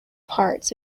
parts